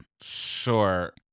Sure